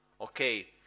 Okay